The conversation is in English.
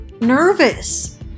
nervous